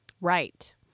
Right